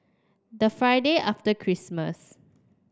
the Friday after Christmas